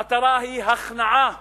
המטרה היא הכנעה